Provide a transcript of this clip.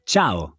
Ciao